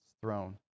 throne